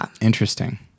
interesting